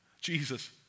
Jesus